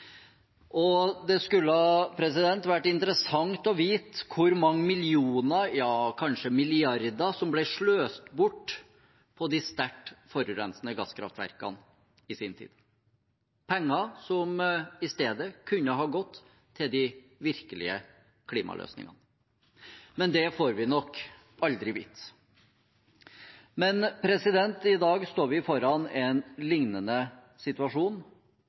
Det skulle vært interessant å vite hvor mange millioner, ja kanskje milliarder, som ble sløst bort på de sterkt forurensende gasskraftverkene i sin tid – penger som i stedet kunne ha gått til de virkelige klimaløsningene. Men det får vi nok aldri vite. I dag står vi foran en lignende situasjon,